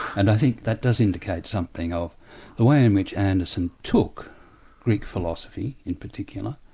and i think that does indicate something of the way in which anderson took greek philosophy in particular,